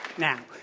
now,